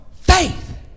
faith